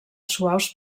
suaus